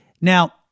now